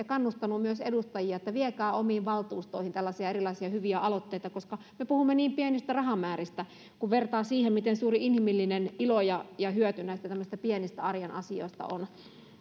kannustanut edustajia että viekää omiin valtuustoihinne tällaisia erilaisia hyviä aloitteita koska me puhumme niin pienistä rahamääristä kun vertaa siihen miten suuri inhimillinen ilo ja ja hyöty näistä tämmöisistä pienistä arjen asioista